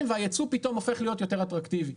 והיצוא פתאום הופך להיות יותר אטרקטיבי.